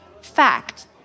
Fact